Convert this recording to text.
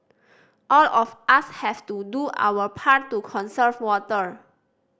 all of us have to do our part to conserve water